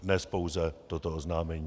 Dnes pouze toto oznámení.